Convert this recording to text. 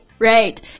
Right